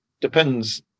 Depends